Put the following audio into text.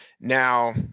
Now